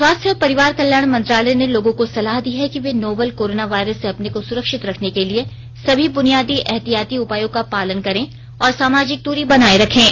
स्वास्थ्य और परिवार कल्याण मंत्रालय ने लोगों को सलाह दी है कि वे नोवल कोरोना वायरस से अपने को सुरक्षित रखने के लिए सभी बुनियादी एहतियाती उपायों का पालन करें और सामाजिक दूरी बनाए रखें